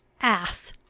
ass!